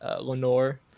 Lenore